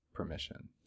permission